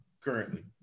currently